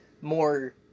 more